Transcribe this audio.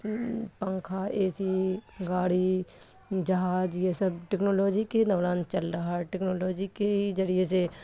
پنکھا A C گاڑی جہاز یہ سب ٹیکنالوجی کے دوران چل رہا ٹیکنالوجی کے ہی ذریعے سے